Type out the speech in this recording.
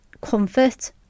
comfort